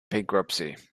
bankruptcy